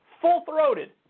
full-throated